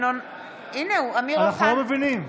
אנחנו לא מבינים.